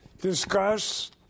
discuss